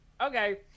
okay